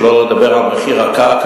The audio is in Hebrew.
שלא לדבר על מחיר הקרקע,